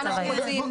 הפרק.